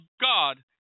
God